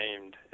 named